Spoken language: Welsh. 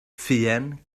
ffeuen